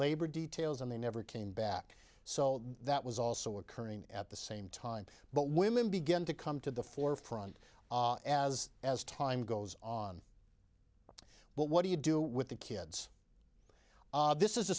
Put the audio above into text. labor details and they never came back so that was also occurring at the same time but women begin to come to the forefront as as time goes on but what do you do with the kids this is a